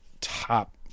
top